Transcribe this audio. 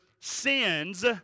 sins